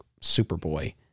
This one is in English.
Superboy